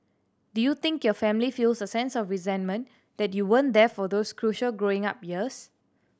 do you think your family feels a sense of resentment that you weren't there for those crucial growing up years